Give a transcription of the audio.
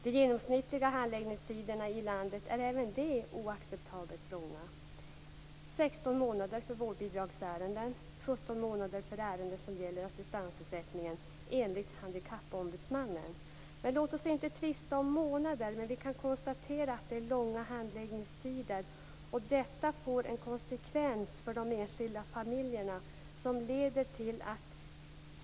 De genomsnittliga handläggningstiderna i landet är även de oacceptabelt långa: enligt Handikappombudsmannen 16 månader för vårdbidragsärenden och 17 månader för ärenden som gäller assistansersättningen. Låt oss inte tvista om månader, men vi kan konstatera att det är långa handläggningstider. Detta får konsekvenser för de enskilda familjerna.